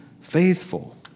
faithful